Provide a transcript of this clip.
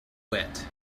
wit